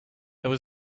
there